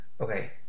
Okay